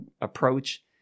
approach